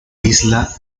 isla